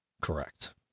Correct